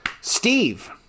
Steve